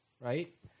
right